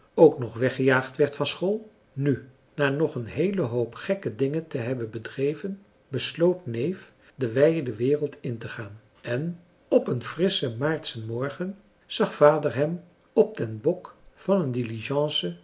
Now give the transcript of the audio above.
en kennissen weggejaagd werd van school nu na nog een heelen hoop gekke dingen te hebben bedreven besloot neef de wijde wereld in te gaan en op een frisschen maartschen morgen zag vader hem op den bok van een